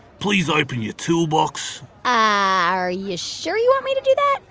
please open your toolbox are you sure you want me to do that?